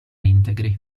integri